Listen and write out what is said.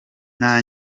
nta